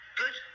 good